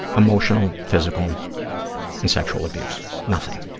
emotional, physical and sexual abuse, nothing.